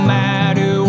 matter